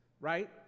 right